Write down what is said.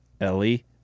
Ellie